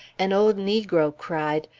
an old negro cried,